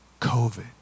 COVID